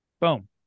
Boom